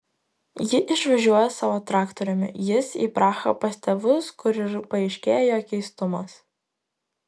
ji išvažiuoja savo traktoriumi jis į prahą pas tėvus kur ir paaiškėja jo keistumas